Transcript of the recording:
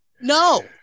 no